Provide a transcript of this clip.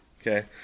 Okay